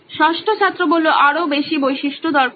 ষষ্ঠ ছাত্র আরো বেশি বৈশিষ্ট্য দরকার